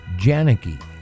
Janicki